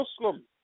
Muslim